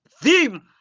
theme